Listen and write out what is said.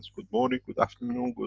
good morning, good afternoon, good